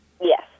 Yes